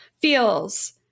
feels